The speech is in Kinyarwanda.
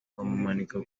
bamumanika